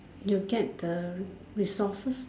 you get the resources